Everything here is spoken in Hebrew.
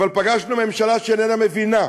אבל פגשנו ממשלה שאיננה מבינה,